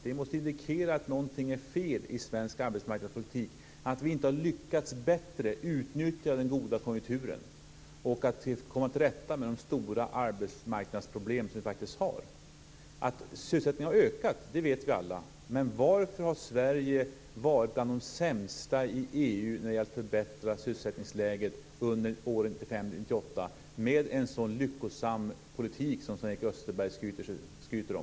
Det måste indikera att någonting är fel i svensk arbetsmarknadspolitik eftersom vi inte har lyckats bättre med att utnyttja den goda konjunkturen och med att komma till rätta med de stora arbetsmarknadsproblem vi har. Sysselsättningen har ökat, det vet vi alla. Men varför har Sverige varit bland de sämsta i EU när det gäller att förbättra sysselsättningsläget under åren 1995-1998, med en sådan lyckosam politik som Sven-Erik Österberg skryter om?